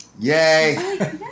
Yay